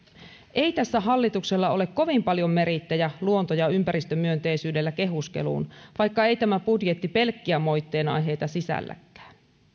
ei tässä hallituksella ole kovin paljon meriittejä luonto ja ympäristömyönteisyydellä kehuskeluun vaikka ei tämä budjetti pelkkiä moitteen aiheita sisälläkään